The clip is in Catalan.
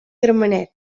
gramenet